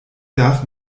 darf